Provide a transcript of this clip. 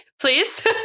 please